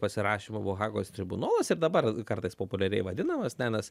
pasirašymo buvo hagos tribunolas ir dabar kartais populiariai vadinamas ne nes